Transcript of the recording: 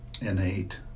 innate